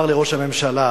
לראש הממשלה,